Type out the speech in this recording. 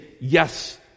yes